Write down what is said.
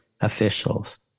officials